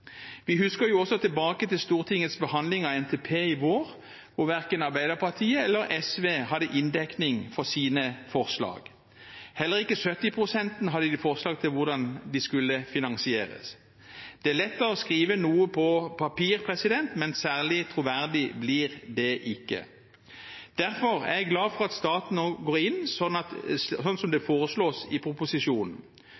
Vi husker også tilbake til Stortingets behandling av NTP i vår, hvor verken Arbeiderpartiet eller SV hadde inndekning for sine forslag. Heller ikke 70-prosenten hadde de forslag til hvordan skulle finansieres. Det er lett å skrive noe på papir, men særlig troverdig blir det ikke. Derfor er jeg glad for at staten nå går inn, sånn